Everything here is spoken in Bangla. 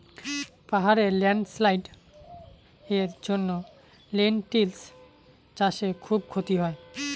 পাহাড়ে ল্যান্ডস্লাইডস্ এর জন্য লেনটিল্স চাষে খুব ক্ষতি হয়